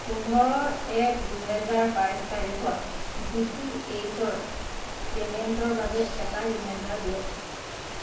পোন্ধৰ এক দুহেজাৰ বাইশ তাৰিখত ডি টি এইচৰ পে'মেণ্টৰ বাবে এটা ৰিমেণ্ডাৰ দিয়ক